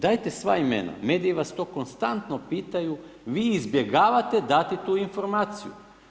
Dajte sva imena, mediji vas to konstantno pitaju, vi izbjegavate dati tu informaciju.